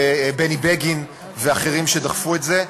בני בגין ואחרים שדחפו את זה.